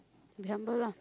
be humble lah